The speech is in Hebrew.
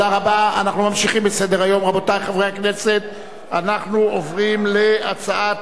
לכן אנחנו קובעים שהצעת